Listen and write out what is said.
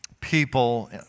people